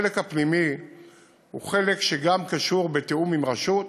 החלק הפנימי הוא חלק שגם קשור בתיאום עם רשות.